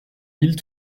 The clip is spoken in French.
mille